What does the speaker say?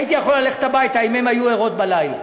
הייתי יכול ללכת הביתה אם הן היו ישנות בלילה.